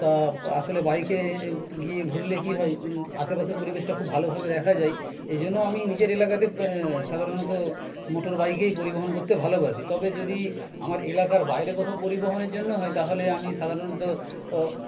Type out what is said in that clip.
তা আসলে বাইকে গিয়ে ঘুরলে কি হয় আশেপাশে পরিবেশটা খুব ভালো ভাবে দেখা যায় এইজন্য আমি নিজের এলাকাতে সাধারণত মোটর বাইকেই পরিবহন করতে ভালোবাসি তবে যদি আমার এলাকার বাইরে কোথাও পরিবহনের জন্য হয় তাহলে আমি সাধারণত